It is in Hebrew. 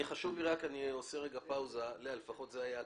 אני עושה רגע פאוזה, לאה, לפחות זה היה הכיוון.